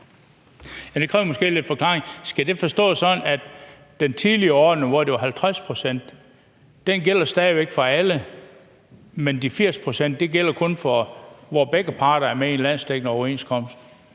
Skal det forstås sådan, at den tidligere ordning, hvor det var 50 pct., stadig væk gælder for alle, men at de 80 pct. kun gælder der, hvor begge parter er med i en landsdækkende overenskomst?